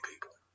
people